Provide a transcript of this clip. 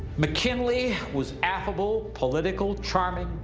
mckinley was affable, political, charming,